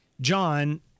John